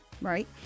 right